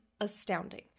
astounding